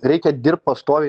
reikia dirbt pastoviai